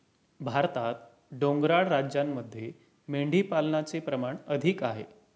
भारतात डोंगराळ राज्यांमध्ये मेंढीपालनाचे प्रमाण अधिक आहे